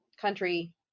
country